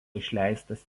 išleistas